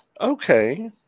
Okay